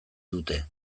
dute